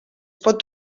pot